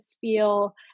feel